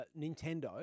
Nintendo